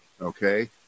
okay